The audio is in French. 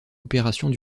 opérations